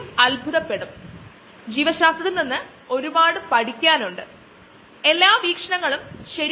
അതോടൊപ്പം സൂര്യപ്രകാശത്തിന്റെ സാന്നിധ്യത്തിൽ അതോടൊപ്പം ഫോട്ടോസിന്തസിസ് വഴി അതു ബയോ ഓയിൽ ആകുന്നു